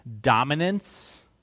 dominance